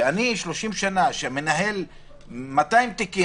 אני שמנהל 200 תיקים,